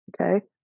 Okay